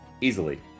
easily